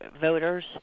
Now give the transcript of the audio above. voters